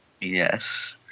Yes